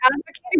advocating